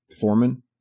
foreman